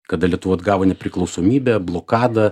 kada lietuva atgavo nepriklausomybę blokada